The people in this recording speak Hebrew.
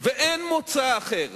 ואין מוצא אחר